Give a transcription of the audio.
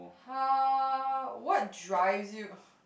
how what drives you